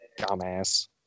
Dumbass